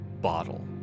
bottle